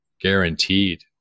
Guaranteed